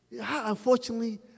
Unfortunately